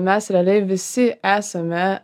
mes realiai visi esame